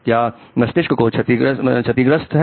क्या मस्तिष्क को क्षतिग्रस्त है